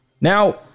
Now